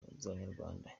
z’abanyarwanda